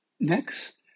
Next